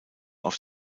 auf